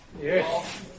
Yes